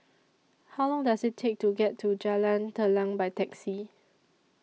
How Long Does IT Take to get to Jalan Telang By Taxi